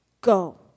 Go